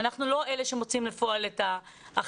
אנחנו לא אלה שמוציאים לפועל את ההחלטות.